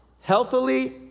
healthily